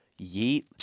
Yeet